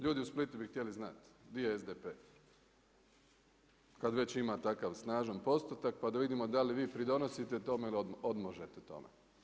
Ljudi u Splitu bi htjeli znati gdje je SDP kada već ima takav snažan postotak pa da vidimo da li vi pridonosite tome ili odmažete tome.